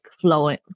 flowing